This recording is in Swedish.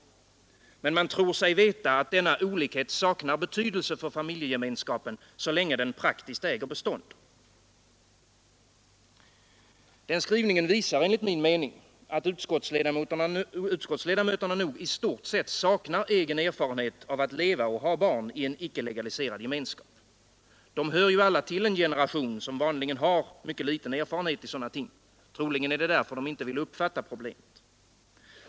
Men man tror sig veta att denna olikhet saknar betydelse för familjegemenskapen så länge gemenskapen praktiskt äger bestånd. Den skrivningen visar enligt min mening att utskottsledamöterna nog i stort sett saknar egen erfarenhet av att leva och ha barn i en icke legaliserad gemenskap. De hör ju alla till en generation som vanligen har mycket liten erfarenhet av sådana ting, och troligen är det därför de inte vill uppfatta problemet.